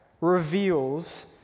reveals